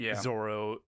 Zoro